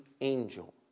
angel